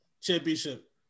championship